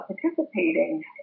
participating